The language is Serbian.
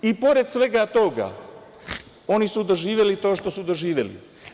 Pored svega toga, oni su doživeli to što su doživeli.